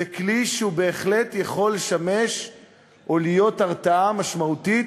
זה כלי שבהחלט יכול לשמש או להיות הרתעה משמעותית